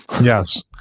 Yes